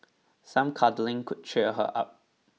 some cuddling could cheer her up